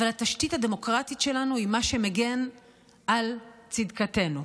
אבל התשתית הדמוקרטית שלנו היא מה שמגן על צדקתנו.